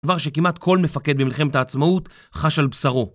דבר שכמעט כל מפקד במלחמת העצמאות חש על בשרו